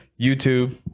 YouTube